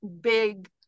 big